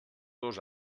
dos